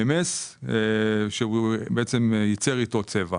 טיוטת צו תעריף המכס והפטורים וטיוטת צו הבלו על הדלק.